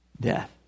death